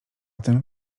tym